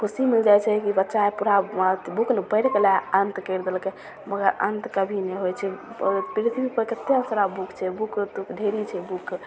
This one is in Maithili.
खुशी मिलि जाइ छै कि बच्चा आइ पूरा बुक पढ़ि गेलै अन्त करि देलकै मगर अन्त कभी नहि होइ छै पृथ्वीपर कतेक सारा बुक छै बुक तऽ ढेरी छै बुक